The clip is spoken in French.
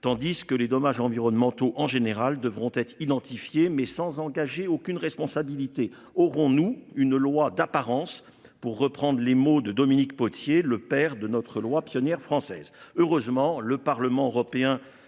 tandis que les dommages environnementaux en général devront être identifiés mais sans engager aucune responsabilité. Aurons-nous une loi d'apparence, pour reprendre les mots de Dominique Potier. Le père de notre loi pionnière française.